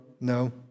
no